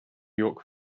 york